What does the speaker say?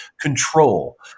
control